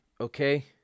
Okay